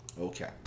Okay